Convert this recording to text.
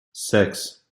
six